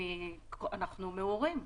אנחנו מעורים.